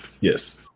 Yes